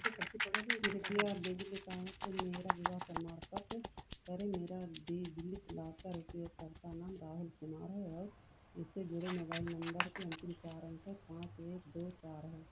कृपया डिजिलॉकर से मेरा विवाह प्रमाण पत्र प्राप्त करें मेरा डिजिलॉकर उपयोगकर्ता नाम राहुल कुमार है और इससे जुड़े मोबाइल नंबर के अंतिम चार अंक पाँच एक दो चार हैं